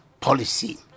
policy